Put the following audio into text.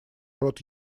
рот